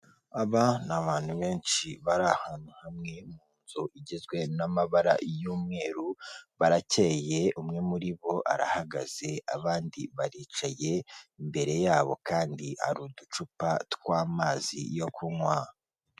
Aba ni abantu benshi bari ahantu hamwe mu nzu igizwe n'amabara y'umweru barakeye, umwe muri bo arahagaze abandi baricaye imbere yabo kandi hari uducupa tw'amazi yo kunywa.